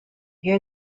hear